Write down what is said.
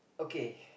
okay